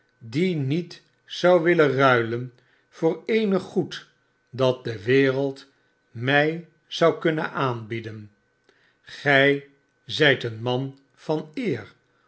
die niet zou willen ruilen voor eenig goed dat de wereld mij zou kunnen aanbieden gij zijt een man van eer